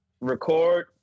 record